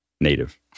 native